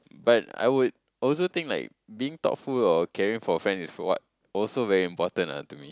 but I would also think like being thoughtful or caring for a friend is for what also very important lah to me